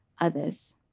others